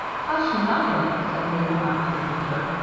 hush nothing, said mabel, not to be deterred.